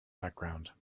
background